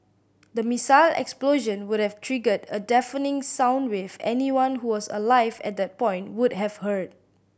the missile explosion would have triggered a deafening sound wave anyone who was alive at that point would have heard